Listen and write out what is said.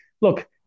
look